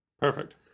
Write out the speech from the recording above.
Perfect